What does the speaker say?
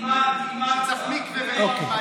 צריך מקווה,